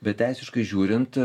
bet teisiškai žiūrint